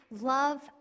love